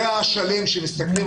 זה הדבר עליו מסתכלים.